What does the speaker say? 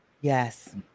Yes